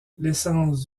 l’essence